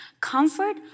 Comfort